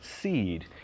seed